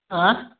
आँय